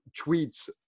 tweets